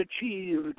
achieved